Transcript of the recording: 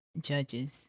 judges